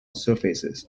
surfaces